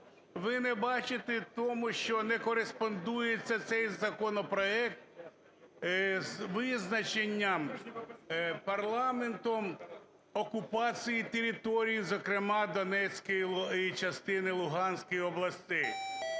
Ви не бачите тому, що не кореспондується цей законопроект з визначенням парламентом окупації території, зокрема Донецької і частини Луганської областей.